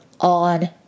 on